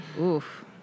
Oof